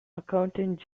accountant